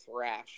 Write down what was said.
thrash